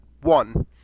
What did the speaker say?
One